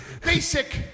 Basic